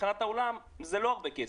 ומבחינת האולם זה לא הרבה כסף,